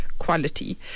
quality